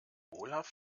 olaf